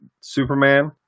Superman